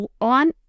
on